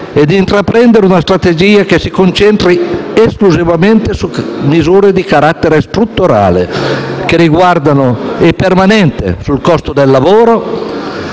e intraprendere una strategia che si concentri esclusivamente su misure di carattere strutturale e permanente che riguardano il costo del lavoro,